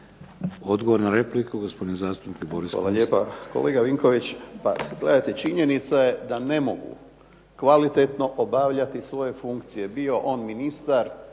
Odgovor na repliku gospodin zastupnik Boris Kunst.